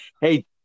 hey